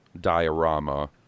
diorama